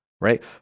right